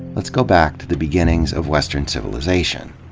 let's go back to the beginnings of western civilization.